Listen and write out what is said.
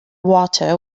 water